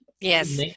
yes